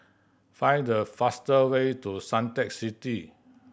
find the faster way to Suntec City